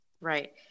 right